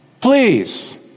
please